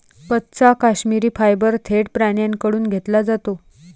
कच्चा काश्मिरी फायबर थेट प्राण्यांकडून घेतला जातो